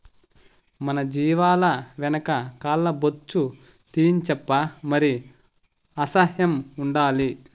మన జీవాల వెనక కాల్ల బొచ్చు తీయించప్పా మరి అసహ్యం ఉండాలి